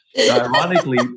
Ironically